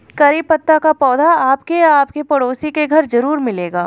करी पत्ता का पौधा आपके या आपके पड़ोसी के घर ज़रूर मिलेगा